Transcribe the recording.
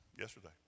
yesterday